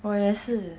我也是